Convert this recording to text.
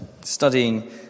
studying